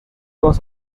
was